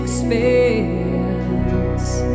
space